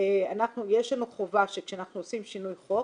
יש לנו חובה, שכשאנחנו עושים שינוי חוק